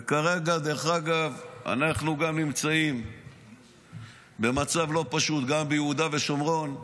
וכרגע אנחנו נמצאים במצב לא פשוט גם ביהודה ושומרון,